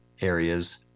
areas